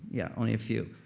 yeah. only a few.